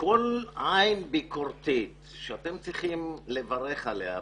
כל עין ביקורתית שאתם צריכים לברך עליה.